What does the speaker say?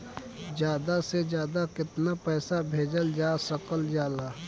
ज्यादा से ज्यादा केताना पैसा भेजल जा सकल जाला?